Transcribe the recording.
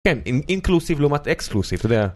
כן, אינקלוסיב לעומת אקסקלוסיב, אתה יודע...